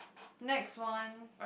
next one